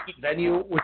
venue